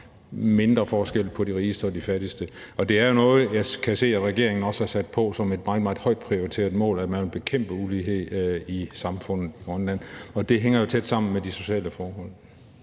mindre forskel på de rigeste og de fattigste. Jeg kan også se, at regeringen har sat det som et meget højt prioriteret mål, at man vil bekæmpe ulighed i samfundet i Grønland, og det hænger jo tæt sammen med de sociale forhold.